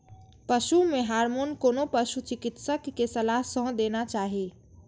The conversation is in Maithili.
पशु मे हार्मोन कोनो पशु चिकित्सक के सलाह सं देना चाही